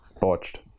botched